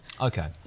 Okay